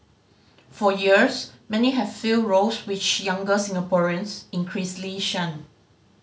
for years many have filled roles which younger Singaporeans increasingly shun